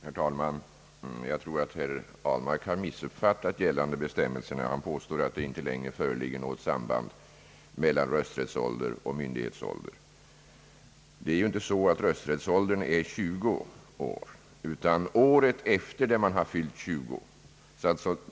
Herr talman! Jag tror att herr Ahlmark har missuppfattat gällande bestämmelser, när han påstår att det inte längre föreligger något samband mellan rösträttsålder och myndighetsålder. Rösträttsåldern inträder ju inte vid 20 år utan året efter det man fyllt 20.